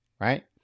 right